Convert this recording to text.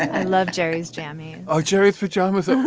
i love jerry's jammy. oh jerry's pajamas. ah